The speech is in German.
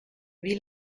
wie